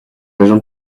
agent